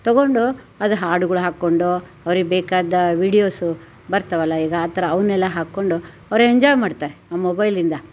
ತೊಗೊಂಡು ಅದು ಹಾಡುಗಳು ಹಾಕ್ಕೊಂಡೋ ಅವ್ರಿಗೆ ಬೇಕಾದ ವೀಡಿಯೋಸ್ ಬರ್ತಾವಲ್ಲ ಈಗ ಆ ಥರ ಅವನ್ನೆಲ್ಲ ಹಾಕ್ಕೊಂಡು ಅವ್ರು ಎಂಜಾಯ್ ಮಾಡ್ತಾರೆ ಆ ಮೊಬೈಲಿಂದ